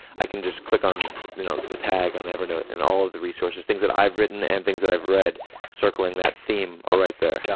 i can just click on you know the tag on evernote and all of the resources things that i've written and things that i've read circling that theme are there. yeah